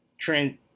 trend